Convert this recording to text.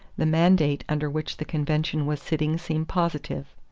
the mandate under which the convention was sitting seemed positive.